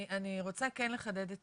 אבל אני רוצה כן לחדד את